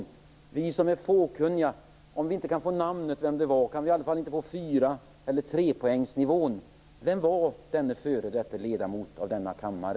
Om vi som är fåkunniga inte kan få namnet på den det var, kan vi väl i alla fall få fyra eller trepoängsnivån. Vem var denna före detta ledamot av denna kammare?